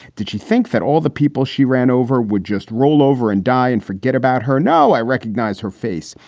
did she think that all the people she ran over would just roll over and die and forget about her? now i recognize her face.